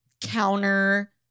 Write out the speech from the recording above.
counter